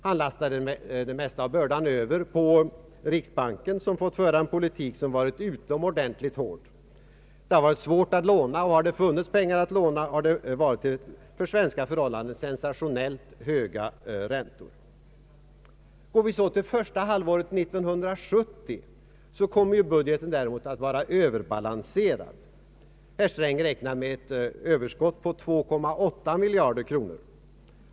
Han lastade över den största bördan på riksbanken, som fått föra en utomordentligt hård politik. Det har varit svårt att låna, och om det funnits pengar att låna har räntorna varit för svenska förhållanden sensationellt höga. Går vi så till första halvåret 1970 finner vi att budgeten då kommer att vara överbalanserad. Herr Sträng räknar med ett överskott på 2,8 miljarder kronor.